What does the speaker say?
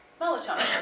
melatonin